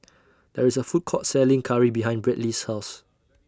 There IS A Food Court Selling Curry behind Bradley's House